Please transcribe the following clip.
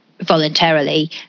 voluntarily